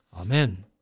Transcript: Amen